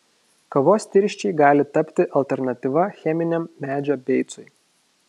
kavos tirščiai gali tapti alternatyva cheminiam medžio beicui